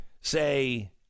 say